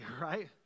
right